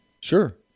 Sure